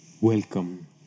welcome